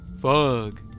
Fog